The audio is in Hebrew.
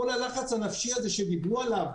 כל הלחץ הנפשי הזה שדיברו עליו,